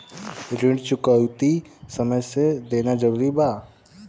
ऋण चुकौती समय से देना जरूरी बा?